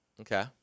Okay